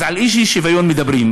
אז על איזה שוויון מדברים?